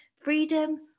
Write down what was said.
Freedom